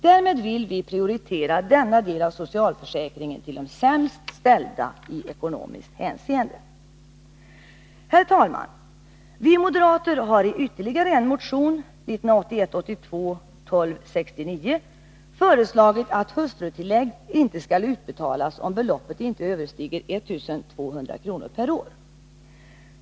Därmed vill vi prioritera denna del av socialförsäkringen till de i ekonomiskt hänseende sämst ställda. Herr talman! Vi moderater har i ytterligare en motion, 1981/82:1269, föreslagit att hustrutillägg inte skall utbetalas om beloppet inte överstiger 1200 kr. per år.